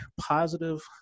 positive